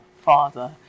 father